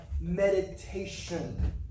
meditation